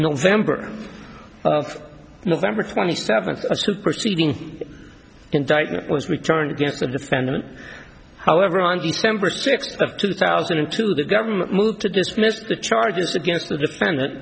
november of nov twenty seventh a superseding indictment was returned against the defendant however on december sixth of two thousand and two the government moved to dismiss the charges against the defendant